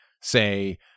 say